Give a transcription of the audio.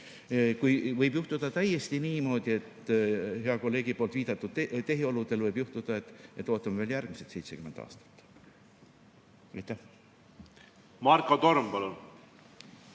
Võib juhtuda täiesti niimoodi, et hea kolleegi poolt viidatud tehioludel võib juhtuda, et ootame veel järgmised 70 aastat. Marko Torm, palun!